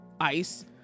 ice